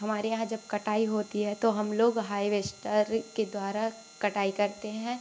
हमारे यहाँ जब कटाई होती है तो हम लोग हाइवेस्टर के द्वारा कटाई करते हैं